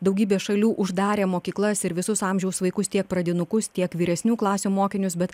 daugybė šalių uždarė mokyklas ir visus amžiaus vaikus tiek pradinukus tiek vyresnių klasių mokinius bet